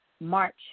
March